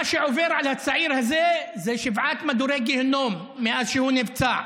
מה שעובר על הצעיר הזה זה שבעת מדורי גיהינום מאז שהוא נפצע.